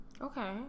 Okay